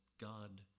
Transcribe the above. God